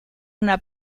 una